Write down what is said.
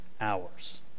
hours